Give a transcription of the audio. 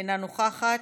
אינה נוכחת,